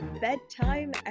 bedtime